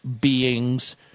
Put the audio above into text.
beings